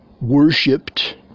worshipped